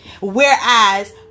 Whereas